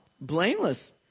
blameless